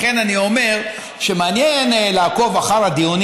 לכן אני אומר שמעניין לעקוב אחר הדיונים